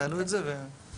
(הצגת מצגת)